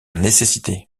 nécessité